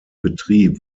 betrieb